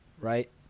right